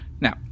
Now